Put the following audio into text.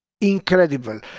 Incredible